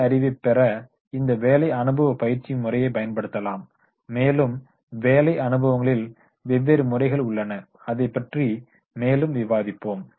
பணி அறிவை பெற இந்த பணி அனுபவ பயிற்சி முறையை பயன்படுத்தப்படலாம் மேலும் பணி அனுபவங்களில் வெவ்வேறு முறைகள் உள்ளன அதைப்பற்றி மேலும் விவாதிப்போம்